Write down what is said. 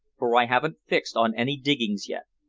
for i haven't fixed on any diggings yet.